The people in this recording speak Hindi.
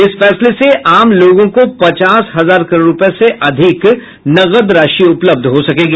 इस फैंसले से आम लोगों को पचास हजार करोड रुपए से अधिक नकद राशि उपलब्ध हो सकेगी